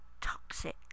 toxic